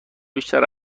بیشتر